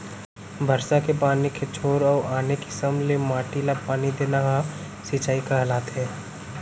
बरसा के पानी के छोर अउ आने किसम ले माटी ल पानी देना ह सिंचई कहलाथे